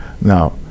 Now